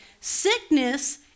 Sickness